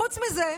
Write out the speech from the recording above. חוץ מזה,